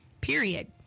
period